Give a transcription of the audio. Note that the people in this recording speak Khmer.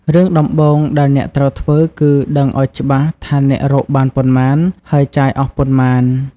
រឿងដំបូងដែលអ្នកត្រូវធ្វើគឺដឹងឱ្យច្បាស់ថាអ្នករកបានប៉ុន្មាន ហើយចាយអស់ប៉ុន្មាន។